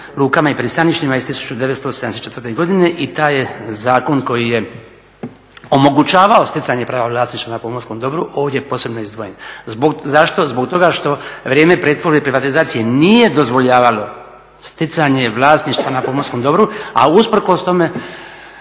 lukama i pristaništima iz 1974. godine. I taj zakon koji je omogućavao stjecanje prava vlasništva na pomorskom dobru ovdje je posebno izdvojen. Zašto? Zbog toga što vrijeme pretvorbe i privatizacije nije dozvoljavalo stjecanje vlasništva na pomorskom dobru, a usprkos tome